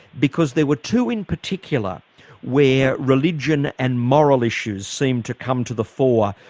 because there were two in particular where religion and moral issues seemed to come to the fore.